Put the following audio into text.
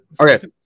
okay